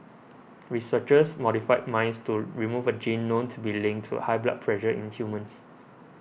researchers modified mice to remove a gene known to be linked to high blood pressure in humans